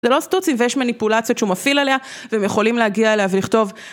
זה לא סטוצים ויש מניפולציות שהוא מפעיל עליה והם יכולים להגיע אליה ולכתוב.